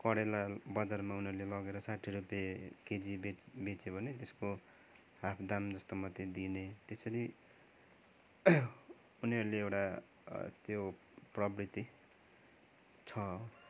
करेला बजारमा उनीहरूले लगेर साठी रुपियाँ केजी बेच बेच्यो भने त्यसको हाफ दाम जस्तो मात्रै दिने त्यसरी उनीहरूले एउटा त्यो प्रवृत्ति छ